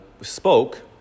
spoke